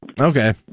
Okay